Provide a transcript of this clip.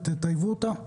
ותטייבו אותה?